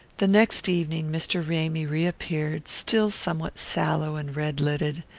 the next evening, mr. ramy reappeared, still somewhat sallow and red-lidded,